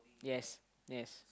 yes yes